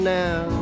now